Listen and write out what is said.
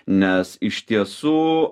nes iš tiesų